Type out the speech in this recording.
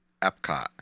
Epcot